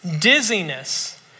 dizziness